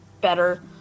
better